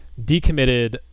decommitted